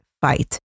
fight